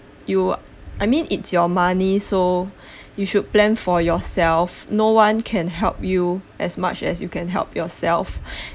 you I mean it's your money so you should plan for yourself no one can help you as much as you can help yourself